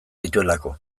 dituelako